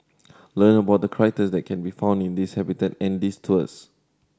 learn about the critter that can be found in this habitat in these tours